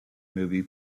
movie